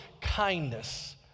kindness